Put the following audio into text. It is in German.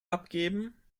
angeben